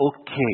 okay